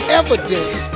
evidence